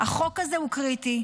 החוק הזה הוא קריטי.